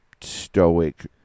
stoic